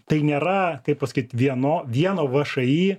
tai nėra kaip pasakyt vieno vieno vši